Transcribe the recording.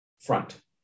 front